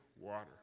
water